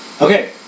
Okay